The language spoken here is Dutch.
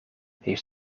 heeft